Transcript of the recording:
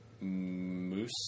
moose